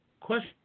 Question